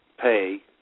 Pay